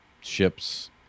ships